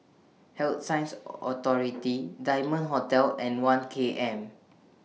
Health Sciences Authority Diamond Hotel and one K M